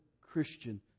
Christian